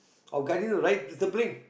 of guiding the right discipline